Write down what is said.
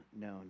known